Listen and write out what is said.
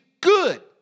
good